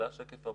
השקף הבא.